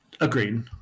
Agreed